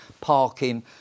parking